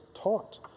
taught